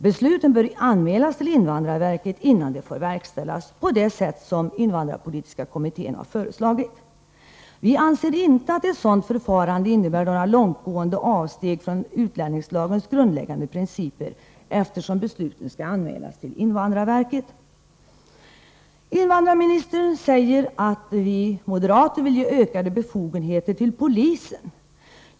Besluten bör anmälas till invandrarverket, innan de får verkställas, på det sätt som invandrarpolitiska kommittén har föreslagit. Vi anser inte att ett sådant förfarande innebär några långtgående avsteg från utlänningslagens grundläggande principer, eftersom besluten skall anmälas till invandrarverket. Invandrarministern säger att vi moderater vill ge ökade befogenheter till polisen.